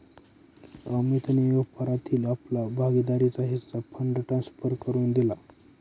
अमितने व्यापारातील आपला भागीदारीचा हिस्सा फंड ट्रांसफर करुन दिला